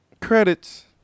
credits